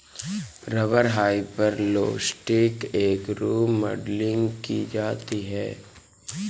rubber hyperelastic के रूप में मॉडलिंग की जाती है